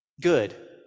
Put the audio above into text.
Good